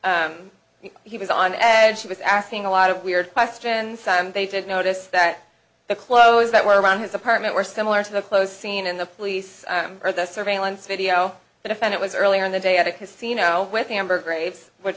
very he was on edge he was asking a lot of weird questions they did notice that the clothes that were around his apartment were similar to the clothes seen in the police or the surveillance video that offend it was earlier in the day at a casino with amber graves wh